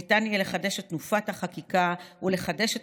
ניתן יהיה לחדש את תנופת החקיקה ולחדש את